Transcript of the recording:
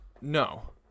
no